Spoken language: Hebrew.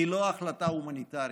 היא לא החלטה הומניטרית,